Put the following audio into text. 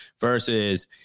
versus